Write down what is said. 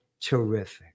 Terrific